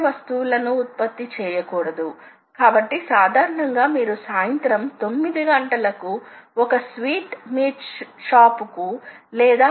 ఒక యూనిట్ కూడా ఉంటుంది X పొజిషన్ లు సాధారణంగా ప్రాథమిక పొడవు యూనిట్ పరంగా ప్రస్తావించబడతాయి